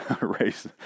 race